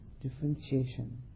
differentiation